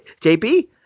JB